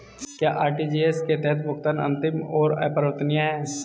क्या आर.टी.जी.एस के तहत भुगतान अंतिम और अपरिवर्तनीय है?